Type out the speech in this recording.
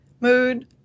mood